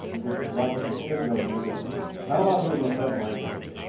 a lot of people should know you, but not a lot of people know seven languages.